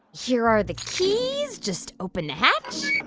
here are the keys. just open the hatch